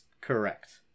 correct